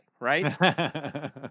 right